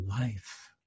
life